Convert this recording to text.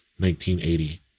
1980